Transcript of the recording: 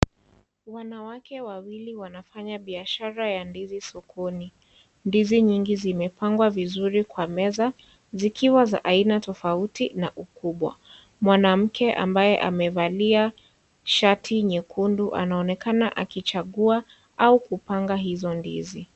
Wanawake wawili wanafanya biashara ya ndizi sokoni, ndizi nyingi zimepangwa vizuri kwa meza zikiwa za aina tofauti na ukubwa, mwanamke ambaye amevalia shati nyekundu anaonekana akichagua au kupanga hizo ndizi.